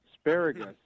Asparagus